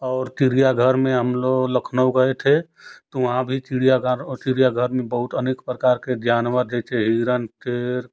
और चिड़िया घर में हम लोग लखनऊ गये थे तो वहाँ भी चिड़ियाघर और चिड़ियाघर में बहुत अनेक प्रकार के जानवर जैसे हिरण शेर